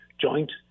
joint